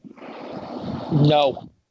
No